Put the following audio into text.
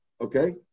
Okay